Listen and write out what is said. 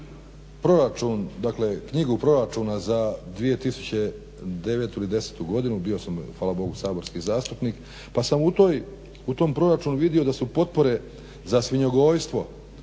knjigu proračuna za 2009. ili 2010. godinu, bio sam hvala Bogu saborski zastupnik pa sam u tom proračunu vidio da su potpore za svinjogojstvo,